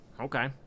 Okay